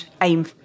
aim